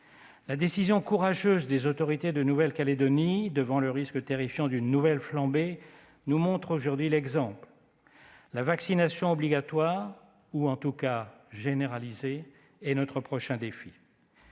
La décision courageuse des autorités de Nouvelle-Calédonie devant le risque terrifiant d'une nouvelle flambée nous montre aujourd'hui l'exemple. La vaccination obligatoire, ou en tout cas généralisée, est notre prochain défi.